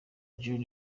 john